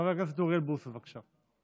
חבר הכנסת אוריאל בוסו, בבקשה.